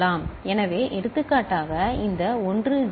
Y Q'T' எனவே எடுத்துக்காட்டாக இந்த 1 0